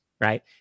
right